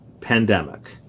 pandemic